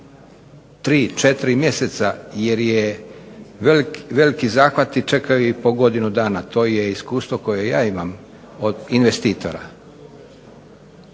3, 4 mjeseca jer je, veliki zahvati čekaju i po godinu dana to je iskustvo koje ja imam od investitora.